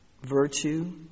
virtue